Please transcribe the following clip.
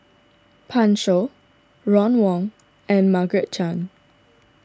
Pan Shou Ron Wong and Margaret Chan